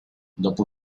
dopo